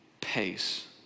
pace